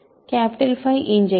𝚽 injective